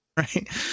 Right